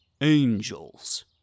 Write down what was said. angels